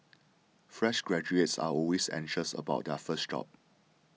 fresh graduates are always anxious about their first job